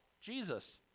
Jesus